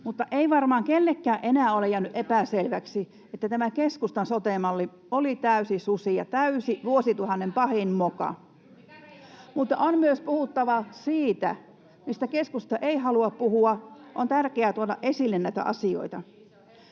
riitä!] Ei varmaan kellekään enää ole jäänyt epäselväksi, että tämä keskustan sote-malli oli täysi susi ja vuosituhannen pahin moka, mutta on myös puhuttava siitä, mistä keskusta ei halua puhua. On tärkeää tuoda esille näitä asioita.